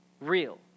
real